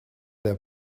their